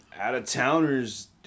out-of-towners